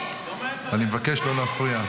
אני מבקש לא להפריע.